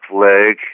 leg